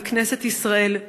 מכנסת ישראל,